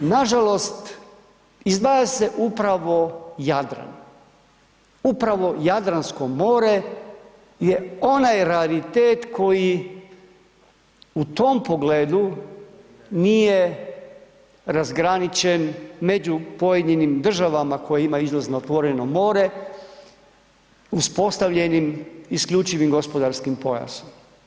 Nažalost izdvaja se upravo Jadran, upravo Jadransko more je onaj raritet koji u tom pogledu nije razgraničen među pojedinim državama koje imaju izlaz na otvoreno more uspostavljenim isključivim gospodarskim pojasom.